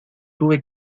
tuve